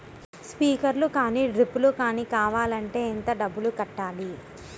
Sprinkler కానీ డ్రిప్లు కాని కావాలి అంటే ఎంత డబ్బులు కట్టాలి?